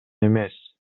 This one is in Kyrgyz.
эмес